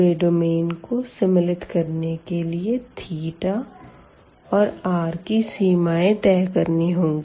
पूरे डोमेन को सम्मिलित करने के लिए और r की लिमिटस तय करनी होगी